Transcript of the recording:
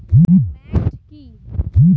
Maggot কি?